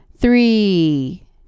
three